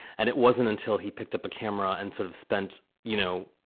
and it wasn't until he picked up a camera and sort of spent, you know,